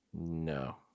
No